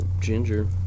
ginger